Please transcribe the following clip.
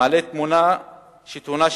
המעלה תמונה שטעונה שיפור.